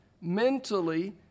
mentally